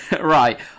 Right